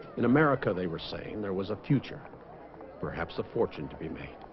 in america they were saying there was a future perhaps a fortune to be made